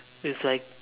with like